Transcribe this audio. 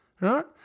Right